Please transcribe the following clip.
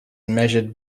measured